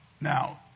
Now